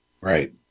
Right